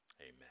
Amen